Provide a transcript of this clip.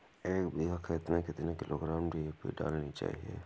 एक बीघा खेत में कितनी किलोग्राम डी.ए.पी डालनी चाहिए?